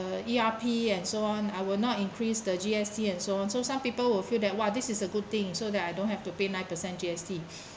the E_R_P and so on I will not increase the G_S_T and so on so some people will feel that !wah! this is a good thing so that I don't have to pay nine percent G_S_T